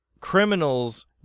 criminals